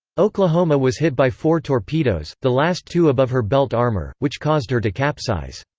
oklahoma was hit by four torpedoes, the last two above her belt armor, which caused her to capsize.